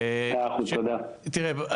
תראה,